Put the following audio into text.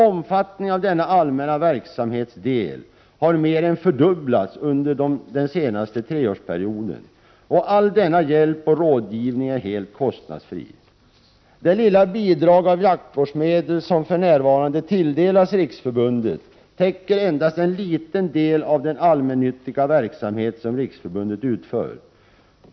Omfattningen av denna allmänna verksamhetsdel har mer än fördubblats under den senaste treårsperioden. All denna hjälp och rådgivning är helt kostnadsfri. Det lilla bidrg av jaktvårdsmedel som för närvarande tilldelas riksförbundet täcker endast en liten del av den allmännyttiga verksamhet som förbundet utför.